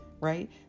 right